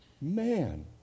Man